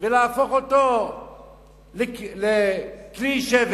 ולהפוך אותה לשבר כלי,